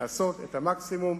לעשות את המקסימום.